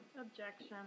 Objection